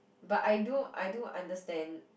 but I do I do understand